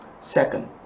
Second